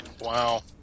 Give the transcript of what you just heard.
Wow